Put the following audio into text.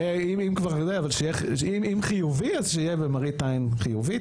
אם חיובי אז שיהיה למראית עין חיובית.